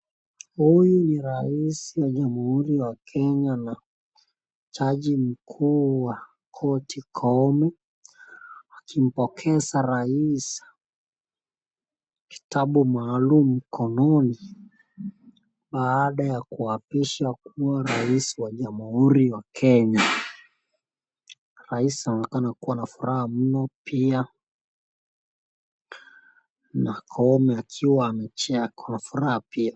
Huyu ni rais wa jamhuri ya Kenya na jaji mkuu wa koti Koome akimpokeza rais kitabu maalum katika mkononi, baada ya kuapishwa kuwa rais wa jamhuri ya Kenya, rais anaonekana kuwa na furaha mno pia, na koome akiwa amejaa kwa furaha pia.